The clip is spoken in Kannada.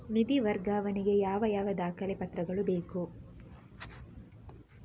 ನಿಧಿ ವರ್ಗಾವಣೆ ಗೆ ಯಾವ ಯಾವ ದಾಖಲೆ ಪತ್ರಗಳು ಬೇಕು?